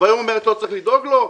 והיום אומרת שלא צריך לדאוג לו?